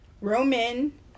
Roman